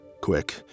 Quick